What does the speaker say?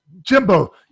Jimbo